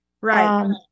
Right